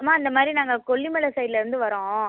அம்மா இந்த மாதிரி நாங்கள் கொல்லிமலை சைடுலேருந்து வர்றோம்